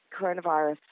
coronavirus